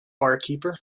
barkeeper